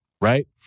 right